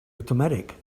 automatic